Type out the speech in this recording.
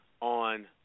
on